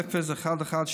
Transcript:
רפואה,